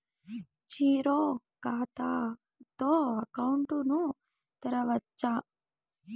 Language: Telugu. జీరో ఖాతా తో అకౌంట్ ను తెరవచ్చా?